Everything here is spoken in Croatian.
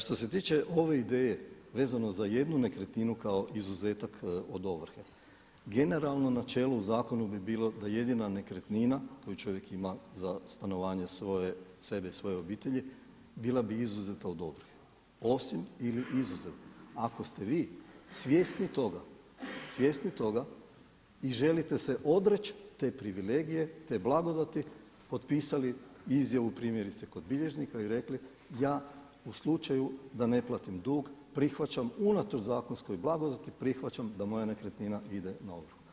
Što se tiče ove ideje vezano za jednu nekretninu kao izuzetak od ovrha, generalno načelo u zakonu bi bilo da jedina nekretnina koju čovjek ima za stanovanje sebe i svoje obitelji bila bi izuzeta od ovrhe, osim ili izuzev ako ste vi svjesni toga i želite se odreći te privilegije, te blagodati potpisali izjavu primjerice kod bilježnika i rekli ja u slučaju da ne platim dug prihvaćam unatoč zakonskoj blagodati prihvaćam da moja nekretnina ide na ovrhu.